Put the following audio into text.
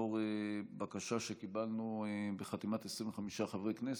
לאור בקשה שקיבלנו בחתימת 25 חברי כנסת,